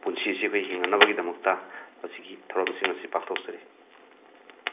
ꯄꯨꯟꯁꯤꯁꯦ ꯑꯩꯈꯣꯏ ꯍꯤꯡꯅꯅꯕꯒꯤꯗꯃꯛꯇ ꯃꯁꯤꯒꯤ ꯊꯧꯔꯝꯁꯤꯡ ꯑꯁꯤ ꯄꯥꯡꯊꯣꯛꯆꯔꯤ